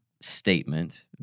statement